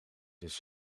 dus